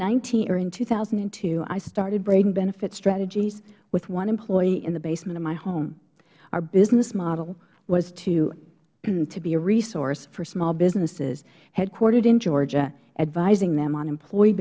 in two thousand and two i started braden benefits strategies with one employee in the basement of my home our business model was to be a resource for small businesses headquartered in georgia advising them on employe